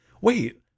wait